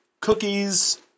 cookies